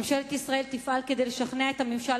ממשלת ישראל תפעל כדי לשכנע את הממשל